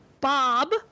Bob